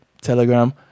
Telegram